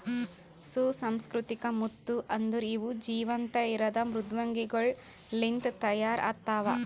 ಸುಸಂಸ್ಕೃತಿಕ ಮುತ್ತು ಅಂದುರ್ ಇವು ಜೀವಂತ ಇರದ್ ಮೃದ್ವಂಗಿಗೊಳ್ ಲಿಂತ್ ತೈಯಾರ್ ಆತ್ತವ